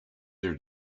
their